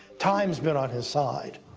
time's been on his side.